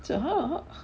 so how how